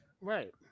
Right